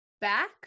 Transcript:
back